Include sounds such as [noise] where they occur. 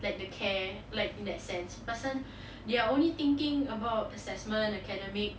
like the care like in that sense pasal [breath] they are only thinking about assessment academic